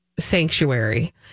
sanctuary